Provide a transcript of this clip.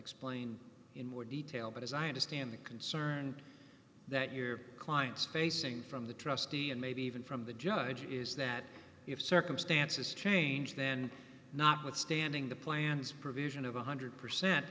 explain in more detail but as i understand the concern that your clients facing from the trustee and maybe even from the judge is that if circumstances change then notwithstanding the plan's provision of one hundred percent